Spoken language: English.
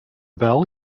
bell